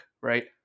right